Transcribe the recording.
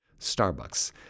Starbucks